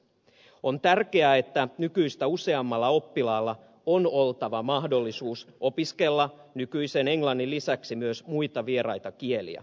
on tärkeää että nykyistä useammalla oppilaalla on oltava mahdollisuus opiskella nykyisen englannin lisäksi myös muita vieraita kieliä